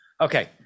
Okay